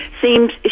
seems